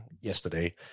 yesterday